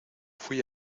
fuí